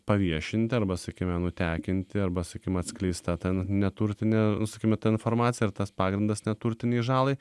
paviešinti arba sakykime nutekinti arba sakykime atskleista ten neturtinė sakykime ta informacija ir tas pagrindas neturtinei žalai